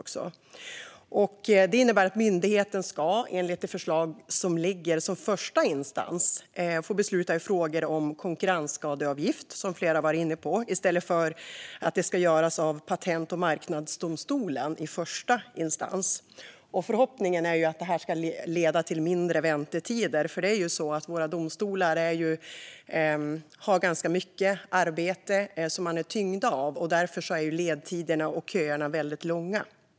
Enligt det förslag som ligger på bordet ska myndigheten som första instans få besluta i frågor om konkurrensskadeavgift, som flera har varit inne på, i stället för att detta ska göras av Patent och marknadsdomstolen som första instans. Förhoppningen är att detta ska leda till mindre väntetider. Våra domstolar är nämligen tyngda av ganska mycket arbete, och därför är ledtiderna och köerna långa.